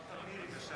אמרת: מירי זוארץ.